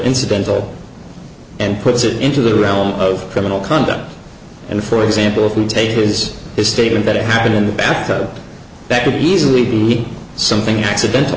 incidental and puts it into the realm of criminal conduct and for example if we take his statement that it happened in the bath that could be easily be something accidental